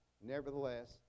Nevertheless